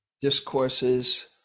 discourses